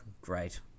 Great